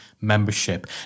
membership